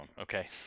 Okay